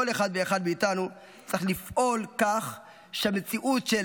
כל אחד ואחד מאיתנו צריך לפעול כך שהמציאות של